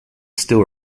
still